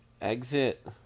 Exit